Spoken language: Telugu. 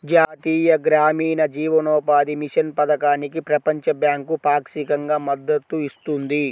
జాతీయ గ్రామీణ జీవనోపాధి మిషన్ పథకానికి ప్రపంచ బ్యాంకు పాక్షికంగా మద్దతు ఇస్తుంది